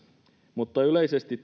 mutta yleisesti